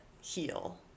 heal